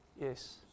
Yes